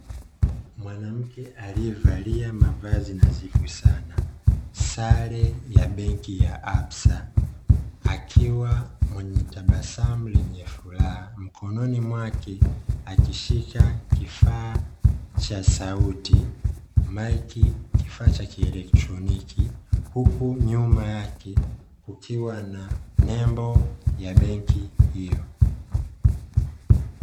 Mwanamke aliyevalia mavazi nadhifu sana, sare ya benki ya "absa" akiwa mwenyetabasamu lenye furaha, mikononi mwake akishika kifaa cha sauti maiki, kifaa cha kielektroniki huku nyuma yake ukiwa na nembo ya benki hiyo.